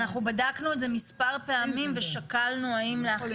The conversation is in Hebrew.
אנחנו בדקנו את זה מספר פעמים ושקלנו האם להחיל